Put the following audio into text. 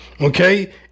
Okay